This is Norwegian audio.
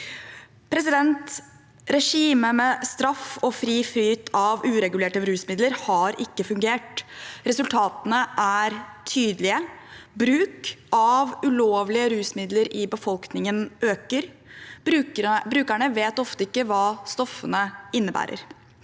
Regimet med straff og fri flyt av uregulerte rusmidler har ikke fungert. Resultatene er tydelige: Bruk av ulovlige rusmidler i befolkningen øker. Brukerne vet ofte heller ikke hva stoffene inneholder.